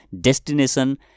destination